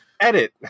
edit